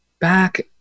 back